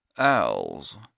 Owls